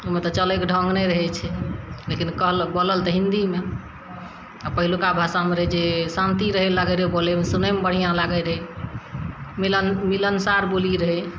ओइमे तऽ चलयके ढङ्ग नहि रहय छै लेकिन कहलक बोलल तऽ हिन्दीमे आओर पहिलुका भाषामे रहय जे शान्ति रहय लागय रहय बोलय सुनयमे बढ़िआँ लागय रहय मिलन मिलनसार बोली रहय